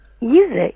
Music